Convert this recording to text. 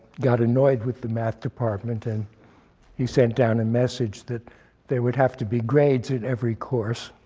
got annoyed with the math department, and he sent down a message that they would have to be grades in every course,